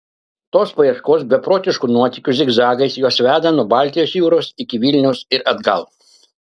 tos paieškos beprotiškų nuotykių zigzagais juos veda nuo baltijos jūros iki vilniaus ir atgal